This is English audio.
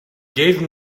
gave